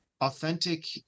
authentic